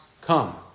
come